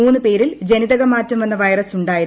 മൂന്ന് പേരിൽ ജനിതകമാറ്റം വന്ന വൈറസ് ഉണ്ടായിരുന്നു